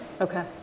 Okay